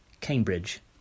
Cambridge